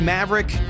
Maverick